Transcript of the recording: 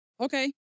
Okay